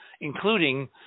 including